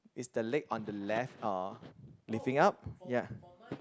is the leg on the left uh lifting up ya